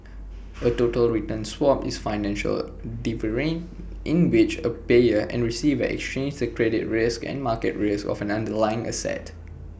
A total return swap is A financial derivative in which A payer and receiver exchange the credit risk and market risk of an underlying asset